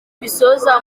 bisoza